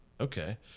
Okay